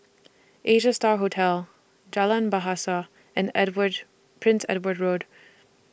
Asia STAR Hotel Jalan Bahasa and Edward Prince Edward Road